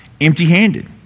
empty-handed